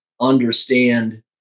understand